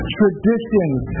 traditions